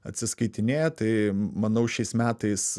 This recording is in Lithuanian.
atsiskaitinėja tai manau šiais metais